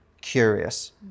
curious